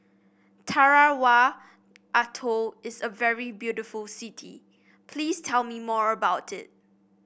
Tarawa Atoll is a very beautiful city please tell me more about it